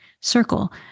circle